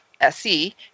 SE